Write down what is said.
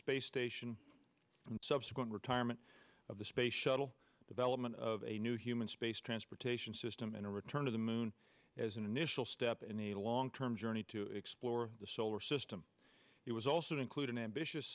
space station and subsequent retirement of the space shuttle development of a new human space transportation system and a return to the moon as an initial step in a long term journey to explore the solar system it was also to include an ambitious